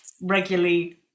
regularly